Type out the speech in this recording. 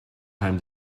time